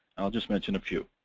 i'll just mention a few.